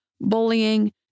bullying